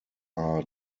are